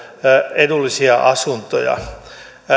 edullisia asuntoja